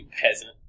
peasant